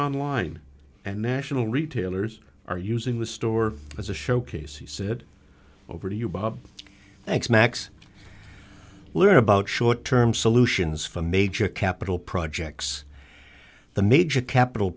online and national retailers are using the store as a showcase he said over to you bob thanks max learned about short term solutions from major capital projects the major capital